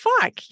fuck